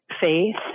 faith